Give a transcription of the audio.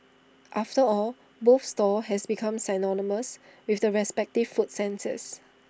after all both stalls has become synonymous with the respective food senses